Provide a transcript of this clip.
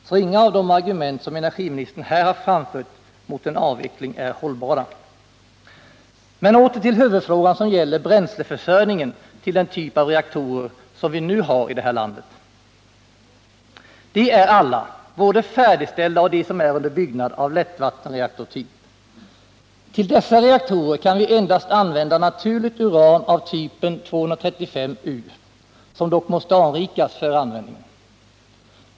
Så inga av de argument som energiministern här har framfört mot en avveckling är hållbara. Men åter till huvudfrågan, som gäller bränsleförsörjningen till den typ av reaktorer som vi nu har i det här landet. De är alla, både färdigställda och de som är under byggnad, av lättvattenreaktortyp. Till dessa reaktorer kan vi endast använda naturligt uran av typen 235 U, som dock måste anrikas före användningen.